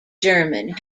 german